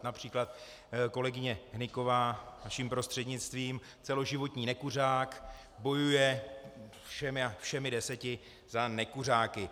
Například kolegyně Hnyková, vaším prostřednictvím, celoživotní nekuřák, bojuje všemi deseti za nekuřáky.